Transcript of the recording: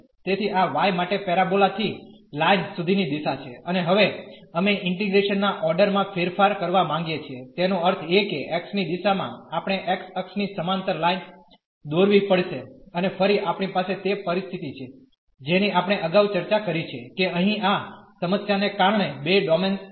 તેથી આ y માટે પેરાબોલા થી લાઈન સુધીની દિશા છે અને હવે અમે ઇન્ટીગ્રેશન ના ઓર્ડર માં ફેરફાર કરવા માંગીએ છીએ તેનો અર્થ એ કે x ની દિશામાં આપણે x અક્ષ ની સમાંતર લાઈન દોરવી પડશે અને ફરી આપણી પાસે તે પરિસ્થિતિ છે જેની આપણે અગાઉ ચર્ચા કરી છે કે અહીં આ સમસ્યાને કારણે બે ડોમેન્સ હશે